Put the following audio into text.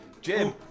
Jim